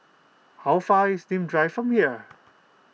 how far is Nim Drive from here